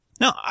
No